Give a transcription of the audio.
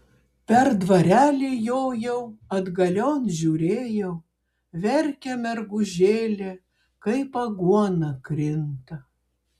per dvarelį jojau atgalion žiūrėjau verkia mergužėlė kaip aguona krinta